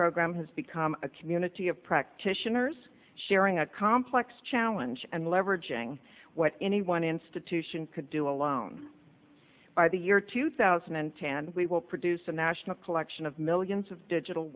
program has become a community of practitioners sharing a complex challenge and leveraging what any one institution could do alone by the year two thousand and ten we will produce a national collection of me williams of digital